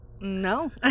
No